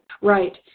Right